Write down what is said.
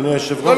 אדוני היושב-ראש.